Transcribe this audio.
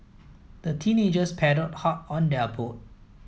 the teenagers paddled hard on their boat